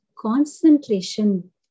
concentration